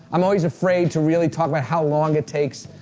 i'm always afraid to really talk about how long it takes,